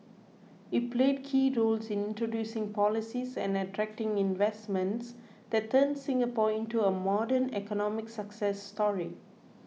he played key roles in introducing policies and attracting investments that turned Singapore into a modern economic success story